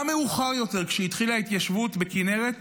גם מאוחר יותר, כשהתחילה ההתיישבות בכינרת,